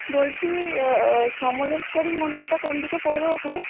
বলছি সমলেশ্বরী মন্দিরটা কোন দিকে পড়বে ওখানে